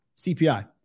CPI